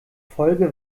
folge